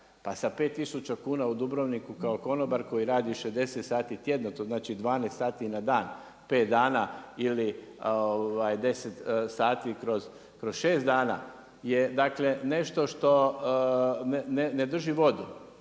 Pa sa 5000 kn u Dubrovniku kao konobar koji radi 60 sati tjedno, to znači 12 sati na dan, 5 dana ili 10 sati kroz 6 dana, je dakle nešto što ne drži vodu.